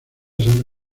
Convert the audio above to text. santa